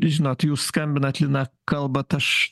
žinot jūs skambinat lina kalbat aš